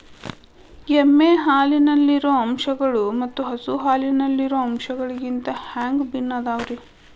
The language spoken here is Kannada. ಎಮ್ಮೆ ಹಾಲಿನಲ್ಲಿರೋ ಅಂಶಗಳು ಮತ್ತ ಹಸು ಹಾಲಿನಲ್ಲಿರೋ ಅಂಶಗಳಿಗಿಂತ ಹ್ಯಾಂಗ ಭಿನ್ನ ಅದಾವ್ರಿ?